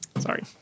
Sorry